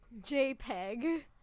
JPEG